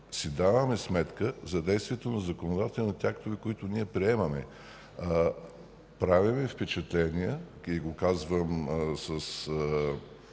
си даваме сметка за действието на законодателните актове, които ние приемаме. Прави ми впечатление, и го казвам с